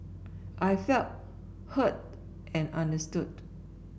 I felt heard and understood